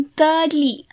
thirdly